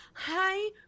Hi